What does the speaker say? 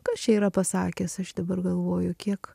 kas čia yra pasakęs aš dabar galvoju kiek